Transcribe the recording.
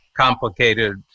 complicated